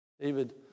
David